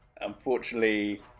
Unfortunately